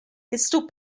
pistol